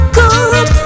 good